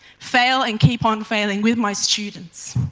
fail and keep on failing with my students.